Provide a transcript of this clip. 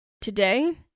Today